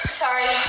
sorry